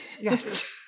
Yes